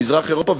במזרח-אירופה,